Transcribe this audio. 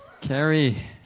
Carrie